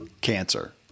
Cancer